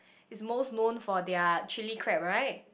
is most known for their chilli crab right